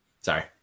sorry